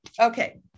Okay